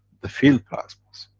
the field-plasmas.